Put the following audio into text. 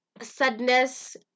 sadness